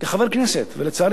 ולצערי הממשלה הפילה את זה.